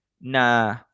na